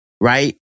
right